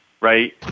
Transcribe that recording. right